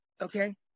Okay